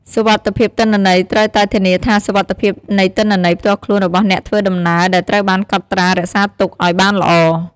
សុវត្ថិភាពទិន្នន័យត្រូវតែធានាថាសុវត្ថិភាពនៃទិន្នន័យផ្ទាល់ខ្លួនរបស់អ្នកធ្វើដំណើរដែលត្រូវបានកត់ត្រារក្សាទុកឲ្យបានល្អ។